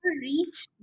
reach